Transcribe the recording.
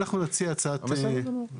אנחנו נציע נוסח.